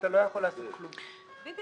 אנחנו עושים פה דבר חדש, באמת.